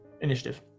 initiative